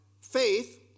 faith